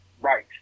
right